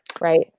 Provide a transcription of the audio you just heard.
Right